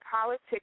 politics